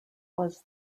was